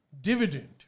dividend